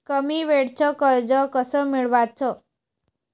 कमी वेळचं कर्ज कस मिळवाचं?